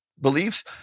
Beliefs